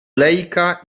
lejka